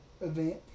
event